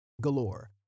galore